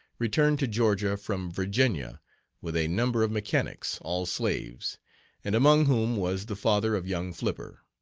returned to georgia from virginia with a number of mechanics, all slaves and among whom was the father of young flipper.